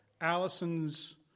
Allison's